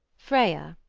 freya,